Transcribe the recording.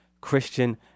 Christian